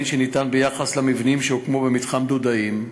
שניתן ביחס למבנים שהוקמו במתחם דודאים.